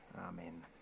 Amen